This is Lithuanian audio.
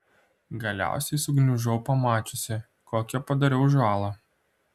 galiausiai sugniužau pamačiusi kokią padariau žalą